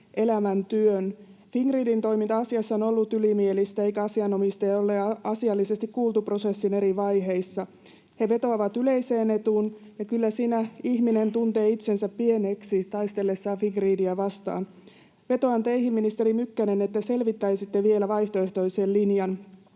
elämäntyön. Fingridin toiminta asiassa on ollut ylimielistä, eikä asianomistajaa ole asiallisesti kuultu prosessin eri vaiheissa. He vetoavat yleiseen etuun. Kyllä siinä ihminen tuntee itsensä pieneksi taistellessaan Fingridiä vastaan. Vetoan teihin, ministeri Mykkänen, että selvittäisitte vielä vaihtoehtoisen linjan.